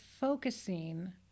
focusing